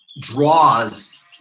draws